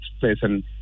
person